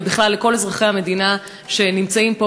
ולכל אזרחי המדינה שנמצאים פה,